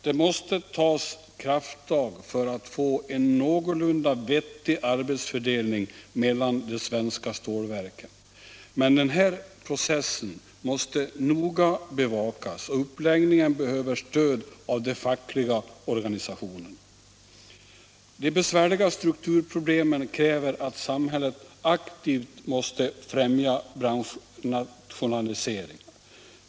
Det måste tas krafttag för att få en någorlunda vettig arbetsfördelning mellan de svenska stålverken. Men den här processen måste noga bevakas, och uppläggningen behöver stöd av de fackliga organisationerna. De besvärliga strukturproblemen kräver att samhället aktivt främjar branschrationaliseringar.